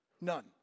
None